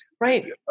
right